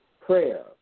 prayer